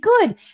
good